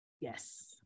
Yes